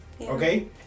Okay